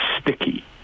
sticky